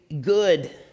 good